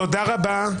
תודה רבה.